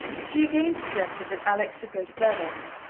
she again suggested that alex should go to bed early,